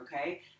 okay